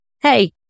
Hey